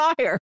fire